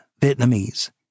Vietnamese